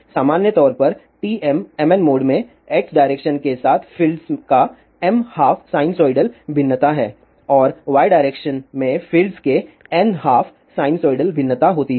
सामान्य तौर पर TMmn मोड में x डायरेक्शन के साथ फ़ील्ड्स का m हाफ साइनसोइडल भिन्नता है और y डायरेक्शन में फ़ील्ड्स के n हाफ साइनसोइडल भिन्नता होती हैं